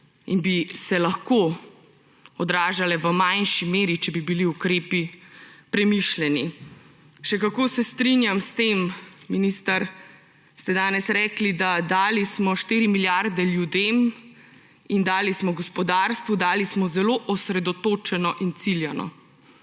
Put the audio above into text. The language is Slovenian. in bi se lahko odražale v manjši meri, če bi bili ukrepi premišljeni. Še kako se strinjam s tem, minister, ko ste danes rekli, da dali smo 4 milijarde ljudem in dali smo gospodarstvu, dali smo zelo osredotočeno in ciljano.